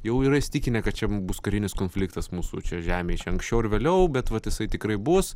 jau yra įsitikinę kad čia bus karinis konfliktas mūsų čia žemėj čia anksčiau ar vėliau bet vat jisai tikrai bus